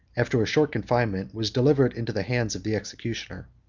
after a short confinement, was delivered into the hands of the executioner.